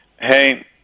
Hey